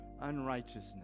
unrighteousness